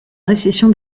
récession